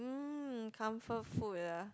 um comfort food ah